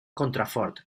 contrafort